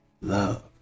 love